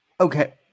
Okay